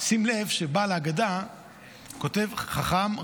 שים לב שבעל ההגדה כתב: חכם,